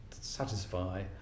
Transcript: satisfy